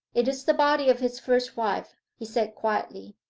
it is the body of his first wife he said quietly.